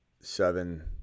seven